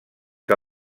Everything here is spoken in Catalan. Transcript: que